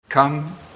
Come